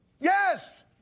Yes